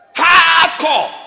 hardcore